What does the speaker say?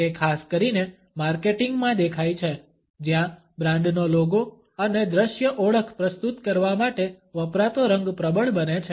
તે ખાસ કરીને માર્કેટિંગ માં દેખાય છે જ્યાં બ્રાન્ડ નો લોગો અને દ્રશ્ય ઓળખ પ્રસ્તુત કરવા માટે વપરાતો રંગ પ્રબળ બને છે